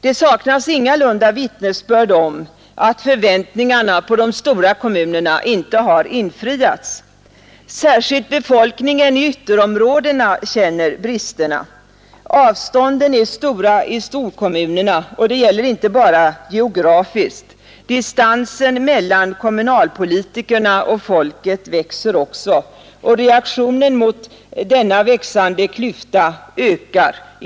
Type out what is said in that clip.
Det saknas ingalunda vittnesbörd om att förväntningarna på de stora kommunerna inte har infriats. Särskilt befolkningen i ytterområdena känner bristerna. Avstånden är stora i storkommunerna. Det gäller inte bara geografiskt, distansen mellan kommunalpolitikerna och folket växer också, och reaktionen mot denna växande klyfta ökar.